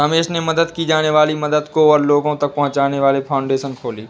रमेश ने की जाने वाली मदद को और लोगो तक पहुचाने के लिए फाउंडेशन खोली